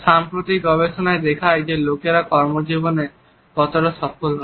সাম্প্রতিক গবেষণাটি দেখায় যে লোকেরা কর্মজীবনে কতটা সফল হয়